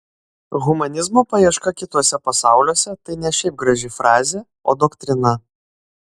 humanizmo paieška kituose pasauliuose tai ne šiaip graži frazė o doktrina